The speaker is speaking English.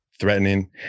threatening